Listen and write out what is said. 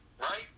right